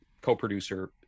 co-producer